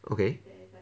okay